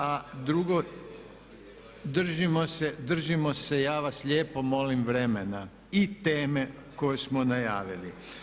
A drugo, držimo se, držimo se, ja vas lijepo molim vremena i teme koju smo najavili.